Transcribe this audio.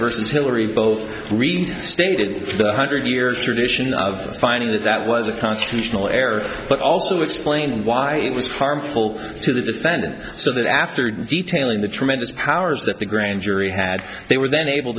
versus hillary both stated one hundred year tradition of finding that that was a constitutional error but also explain why it was harmful to the defendant so that after detail in the tremendous powers that the grand jury had they were then able